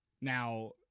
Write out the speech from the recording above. Now